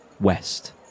west